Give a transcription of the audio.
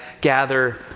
gather